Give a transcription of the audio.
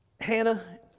Hannah